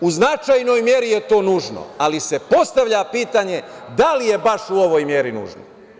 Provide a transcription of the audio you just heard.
U značajnoj meri je to nužno, ali se postavlja pitanje da li je baš u ovoj meri nužno.